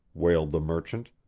wailed the merchant.